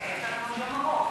חכה, יש לנו עוד יום ארוך.